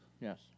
Yes